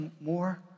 more